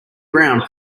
ground